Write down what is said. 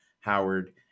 Howard